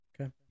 Okay